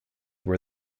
were